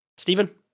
Stephen